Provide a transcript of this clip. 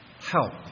help